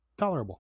tolerable